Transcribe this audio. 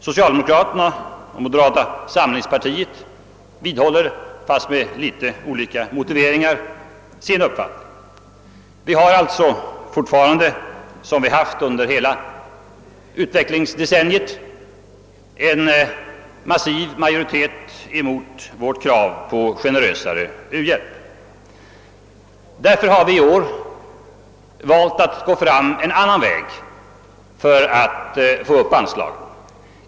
Socialdemokraterna och ledamöterna av moderata samlingspartiet vidhåller sin uppfattning men med litet olika motiveringar. Vi har sålunda alltjämt, som vi har haft under hela utvecklingsdecenniet, en massiv majoritet mot vårt krav på en mera generös u-hjälp. Därför har vi i år valt att gå en annan väg för att få anslaget höjt.